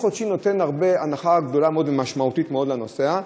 החופשי-חודשי נותן הנחה גדולה מאוד ומשמעותית מאוד לנוסע,